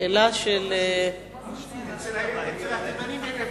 אצל התימנים אין הבדל.